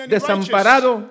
Desamparado